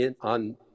on